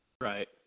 Right